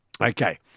Okay